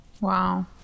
Wow